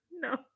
No